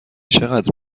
چقدر